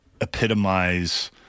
epitomize